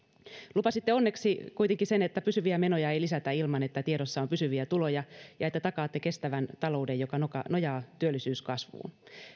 lupasitte onneksi kuitenkin sen että pysyviä menoja ei lisätä ilman että tiedossa on pysyviä tuloja ja että takaatte kestävän talouden joka nojaa työllisyyskasvuun